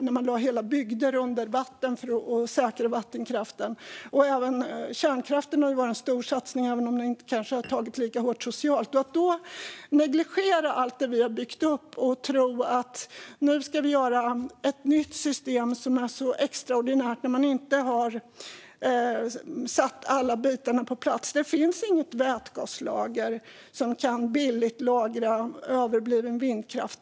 Hela bygder lades under vatten för att säkerställa vattenkraften. Även kärnkraften har inneburit en stor satsning även om den kanske inte har tagit lika hårt socialt sett. Man kan inte negligera allt som vi har byggt upp och tro att vi ska kunna införa ett nytt extraordinärt system innan vi har satt alla bitar på plats. Det finns inget vätgaslager som kan lagra överbliven vindkraft billigt.